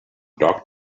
dog